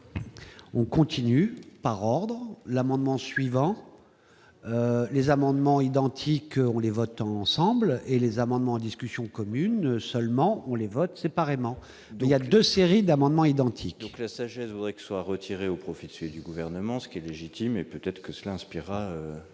On continue par ordre l'amendement suivant les amendements identiques les votent ensemble et les amendements, discussions communes seulement on les votes séparément, il y a 2 séries d'amendements identiques. La sagesse voudrait que soit retiré au profit de celui du gouvernement, ce qui est légitime et peut-être que cela inspirera